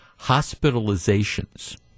hospitalizations